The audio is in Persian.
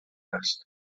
است